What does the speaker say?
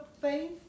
faith